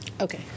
Okay